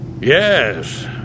Yes